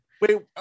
wait